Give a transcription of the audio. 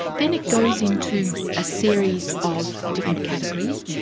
then it goes into a series of different categories.